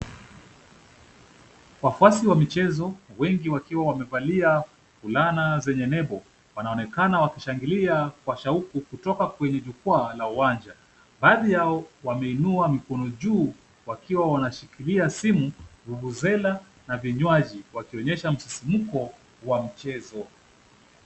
Wafuasi wa michezo wengi wakiwa wamevalia fulana zenye nembo wanaonekana wakishangilia kwa shauku kutoka kwenye jukwaa la uwanja. Baadhi yao wameinua mikono juu wakiwa wanashikilia simu, vuvuzela na vinywaji wakionyesha msisimko wa mchezo.